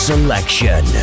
Selection